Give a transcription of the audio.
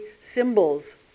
symbols